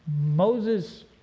Moses